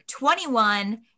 21